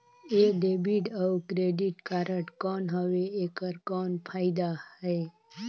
ये डेबिट अउ credit card कौन हवे एकर कौन फाइदा हे?